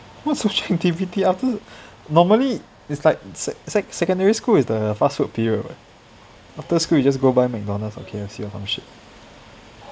what social activity after normally it's like sec~ sec~ secondary school is the fast food period what after school you just go buy McDonald's or K_F_C or some shit